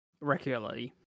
regularly